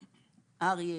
אריה,